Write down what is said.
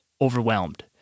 overwhelmed